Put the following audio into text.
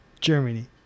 Germany